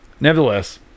nevertheless